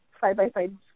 side-by-side